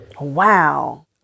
Wow